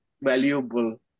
valuable